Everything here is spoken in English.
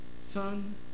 son